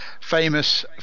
famous